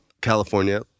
California